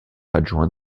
adjoint